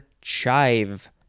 chive